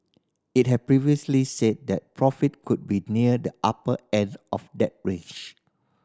it had previously said that profit could be near the upper end of that range